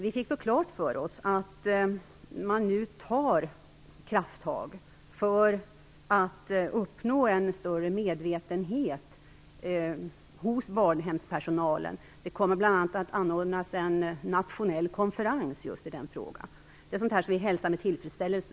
Vi fick då klart för oss att man nu tar krafttag för att uppnå en större medvetenhet hos barnhemspersonalen. Det kommer bl.a. att anordnas en nationell konferens i den frågan. Detta är naturligtvis sådant som vi hälsar med tillfredsställelse.